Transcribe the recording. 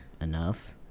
...enough